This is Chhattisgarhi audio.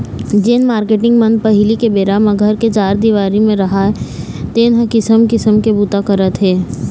जेन मारकेटिंग मन पहिली के बेरा म घर के चार देवाली म राहय तेन ह किसम किसम के बूता करत हे